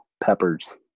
Peppers